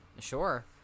Sure